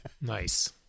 Nice